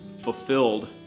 fulfilled